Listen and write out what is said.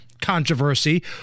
controversy